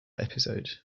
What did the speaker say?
episode